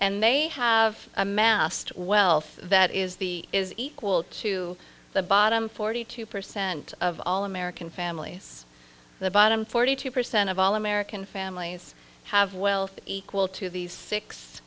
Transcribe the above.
and they have amassed wealth that is the is equal to the bottom forty two percent of all american families the bottom forty two percent of all american families have wealth equal to these six